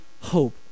hope